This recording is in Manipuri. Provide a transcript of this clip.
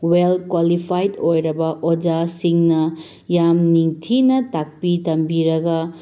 ꯋꯦꯜ ꯀ꯭ꯋꯥꯂꯤꯐꯥꯏꯠ ꯑꯣꯏꯔꯕ ꯑꯣꯖꯥꯁꯤꯡꯅ ꯌꯥꯝ ꯅꯤꯡꯊꯤꯅ ꯇꯥꯛꯄꯤ ꯇꯝꯕꯤꯔꯒ